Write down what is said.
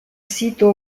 sito